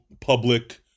public